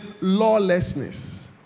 lawlessness